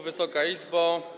Wysoka Izbo!